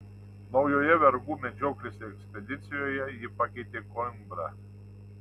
naujoje vergų medžioklės ekspedicijoje jį pakeitė koimbra